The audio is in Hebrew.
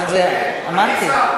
אז אמרתי,